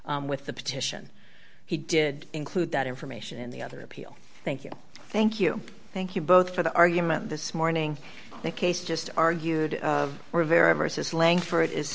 with the petition he did include that information in the other appeal thank you thank you thank you both for the argument this morning the case just argued for a very versus length for it is